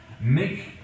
make